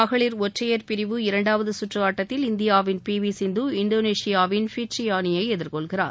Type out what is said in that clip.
மகளிர் ஒற்றையர் பிரிவு இரண்டாவது சுற்று ஆட்டத்தில் இந்தியாவின் பி வி சிந்து இந்தோனேஷியாவின் பிட்ரியானி யை எதிர்கொள்கிறார்